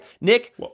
Nick